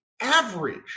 average